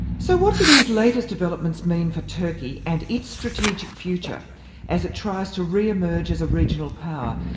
so what do these latest developments mean for turkey and its strategic future as it tries to re-emerge as a regional power?